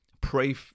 pray